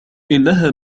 إنها